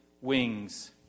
wings